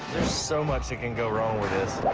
so much that can go wrong with this.